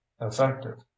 effective